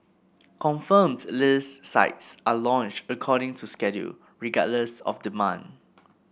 confirmed list sites are launched according to schedule regardless of demand